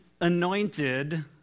anointed